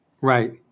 Right